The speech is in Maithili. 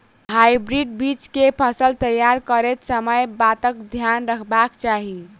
हाइब्रिड बीज केँ फसल तैयार करैत समय कऽ बातक ध्यान रखबाक चाहि?